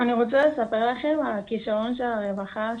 אני רוצה לספר לכם על הכישלון של הרווחה,